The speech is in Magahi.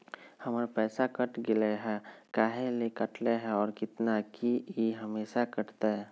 हमर पैसा कट गेलै हैं, काहे ले काटले है और कितना, की ई हमेसा कटतय?